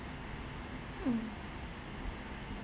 mm